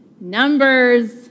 Numbers